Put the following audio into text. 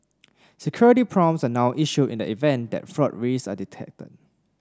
security prompts are now issued in the event that fraud risks are detected